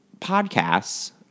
podcasts